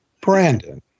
Brandon